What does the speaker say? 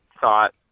thought